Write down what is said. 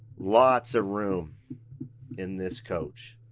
lots of room in this coach.